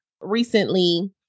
recently